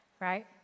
Right